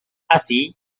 así